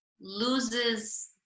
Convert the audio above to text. loses